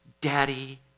Daddy